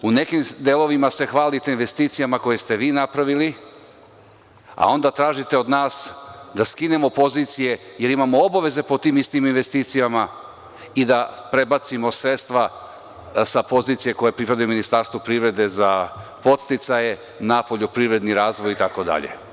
U nekim delovima se hvalite investicijama koje ste vi napravili, a onda tražite od nas da skinemo pozicije, jer imamo obaveze po tim istim investicijama i da prebacimo sredstva sa pozicija koje pripadaju Ministarstvu privrede za podsticaje na poljoprivredni razvoj itd.